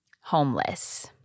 homeless